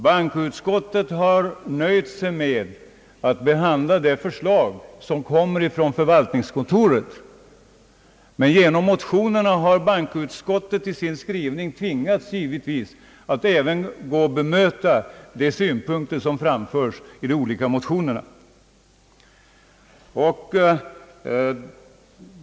Bankoutskottet har nöjt sig med att behandla det förslag, som kommit från förvaltningskontoret, men givetvis har bankoutskottet i sin skrivning tvingats att bemöta de synpunkter som framförts i de olika motionerna.